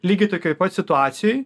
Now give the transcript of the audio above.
lygiai tokioj pat situacijoj